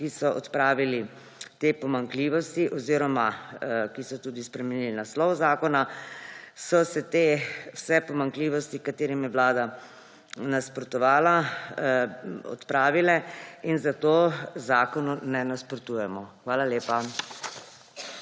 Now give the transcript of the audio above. ki so odpravili te pomanjkljivosti oziroma ki so tudi spremenili naslov zakona, so se vse te pomanjkljivosti, katerim je Vlada nasprotovala, odpravile in zato zakonu ne nasprotujemo. Hvala lepa.